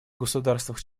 государствах